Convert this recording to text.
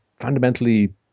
fundamentally